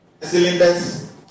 Cylinders